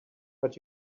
but